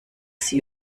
sie